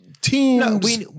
teams